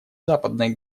западной